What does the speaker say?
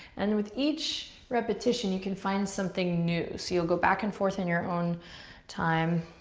and with each repetition you can find something new, so you'll go back and forth in your own time.